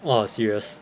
!wah! serious